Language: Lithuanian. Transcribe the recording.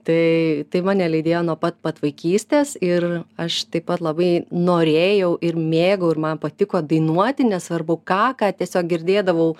tai tai mane lydėjo nuo pat pat vaikystės ir aš taip pat labai norėjau ir mėgau ir man patiko dainuoti nesvarbu ką ką tiesiog girdėdavau